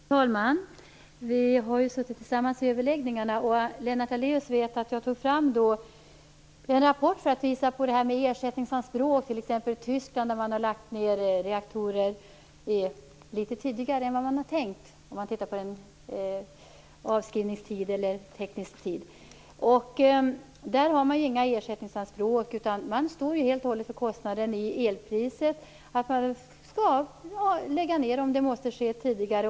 Fru talman! Vi har suttit i överläggningar tillsammans. Lennart Daléus vet att jag tog fram en rapport för att visa hur det har varit i t.ex. Tyskland med ersättningsanspråk. Där har man lagt ned reaktorer litet tidigare än tänkt, om vi ser på avskrivningstid eller teknisk livslängd. Där finns inga ersättningsanspråk. Man står helt och hållet för den kostnad som uppkommer på grund av högre elpris. Reaktorerna skall läggas ned. Det måste ske tidigare.